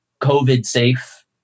COVID-safe